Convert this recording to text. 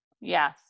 Yes